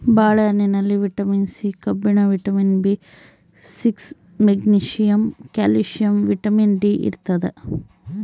ಬಾಳೆ ಹಣ್ಣಿನಲ್ಲಿ vitamin C ಕಬ್ಬಿಣ vitamin B six magnesium calcium vitamin D ಇರ್ತಾದ